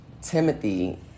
Timothy